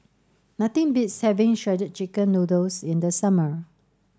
nothing beats having shredded chicken noodles in the summer